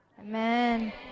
Amen